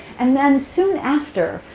and then soon after,